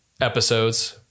episodes